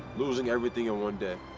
losing everything in one day.